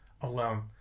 alone